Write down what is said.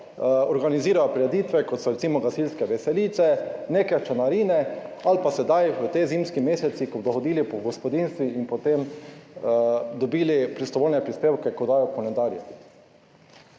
organizirajo prireditve, kot so recimo gasilske veselice, nekaj je od članarine ali pa sedaj v teh zimskih mesecih bodo hodili po gospodinjstvih in potem dobili prostovoljne prispevke, ko dajo koledarje.